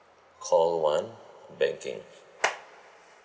call one banking